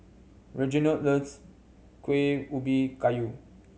Reginald loves Kuih Ubi Kayu